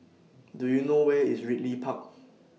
Do YOU know Where IS Ridley Park